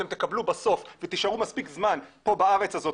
אתם תקבלו ותשארו מספיק זמן פה בארץ הזאת,